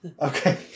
Okay